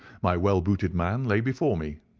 my well-booted man lay before me.